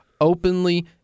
openly